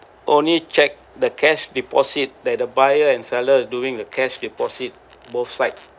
only check the cash deposit that the buyer and seller during the cash deposit both sides